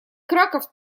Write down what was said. краков